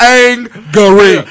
angry